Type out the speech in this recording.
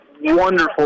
wonderful